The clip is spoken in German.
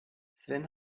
sven